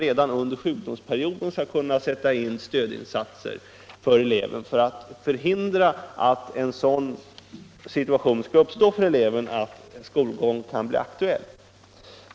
Redan under sjukdomsperioden skall stödinsatser kunna sättas in för att förhindra att eleven kommer att släpa efter så mycket att stödundervisning blir aktuell.